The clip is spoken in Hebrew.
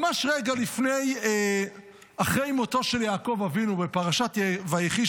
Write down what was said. ממש רגע אחרי מותו של יעקב אבינו בפרשת ויחי,